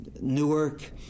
newark